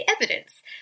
evidence